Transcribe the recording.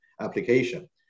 application